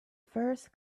first